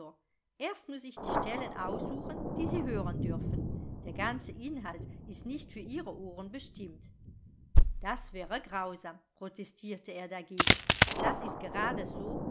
erst muß ich die stellen aussuchen die sie hören dürfen der ganze inhalt ist nicht für ihre ohren bestimmt das wäre grausam protestierte er dagegen das ist gerade so